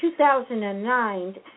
2009